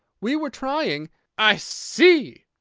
we were trying i see!